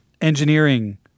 engineering